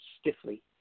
stiffly